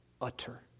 utter